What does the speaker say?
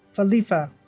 alkhalifah